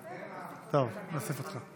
טוב, נוסיף אותך.